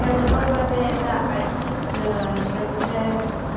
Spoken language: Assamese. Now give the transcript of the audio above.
তেওঁলোকৰ বাবে এটা আৰ্থিক তেওঁলোকে